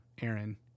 Aaron